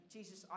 Jesus